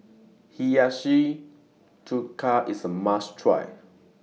Hiyashi Chuka IS A must Try